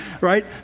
right